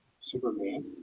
Superman